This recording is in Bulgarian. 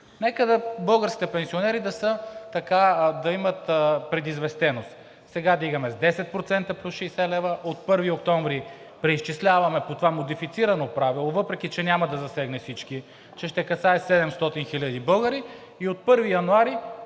Нека българските пенсионери да имат предизвестеност – сега вдигаме с 10% плюс 60 лв., от 1 октомври 2022 г. преизчисляваме по това модифицирано правило, въпреки че няма да засегне всички, а ще касае 700 хиляди българи, и от 1 януари